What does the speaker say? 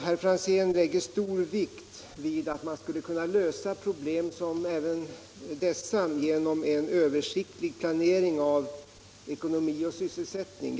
Herr Franzén lägger stor vikt vid att man skulle kunna lösa även problem som dessa genom en översiktlig planering av ekonomi och sysselsättning.